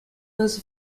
most